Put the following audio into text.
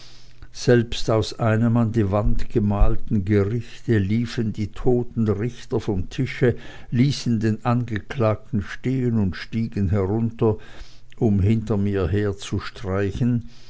selbst aus einem an die wand gemalten gerichte liefen die toten richter vom tische ließen den angeklagten stehen und stiegen herunter um hinter mir herzustreichen